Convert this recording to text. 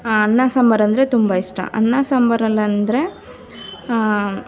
ಅನ್ನ ಸಾಂಬರೆಂದ್ರೆ ತುಂಬ ಇಷ್ಟ ಅನ್ನ ಸಾಂಬರಲಂದ್ರೆ